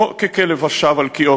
לא כ"כלב שב על קיאו",